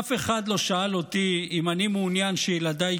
אף אחד לא שאל אותי אם אני מעוניין שילדיי